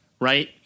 right